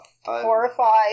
Horrified